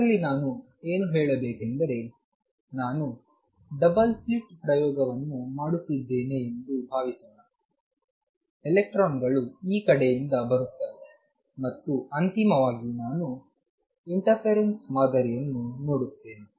ಇದರಲ್ಲಿ ನಾನು ಏನು ಹೇಳಬೇಕೆಂದರೆ ನಾನು ಡಬಲ್ ಸ್ಲಿಟ್ ಪ್ರಯೋಗವನ್ನು ಮಾಡುತ್ತಿದ್ದೇನೆ ಎಂದು ಭಾವಿಸೋಣ ಎಲೆಕ್ಟ್ರಾನ್ಗಳು ಈ ಕಡೆಯಿಂದ ಬರುತ್ತವೆ ಮತ್ತು ಅಂತಿಮವಾಗಿ ನಾನು ಇಂಟರ್ಫೆರೆನ್ಸ್ ಮಾದರಿಯನ್ನು ನೋಡುತ್ತೇನೆ